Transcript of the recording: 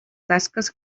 tasques